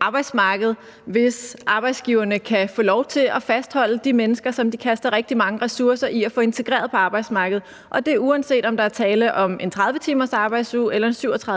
arbejdsmarked, hvis arbejdsgiverne kan få lov til at fastholde de mennesker, som de kaster rigtig mange ressourcer i at få integreret på arbejdsmarkedet, og det er, uanset om der er tale om en 30-timers-arbejdsuge eller en